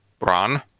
run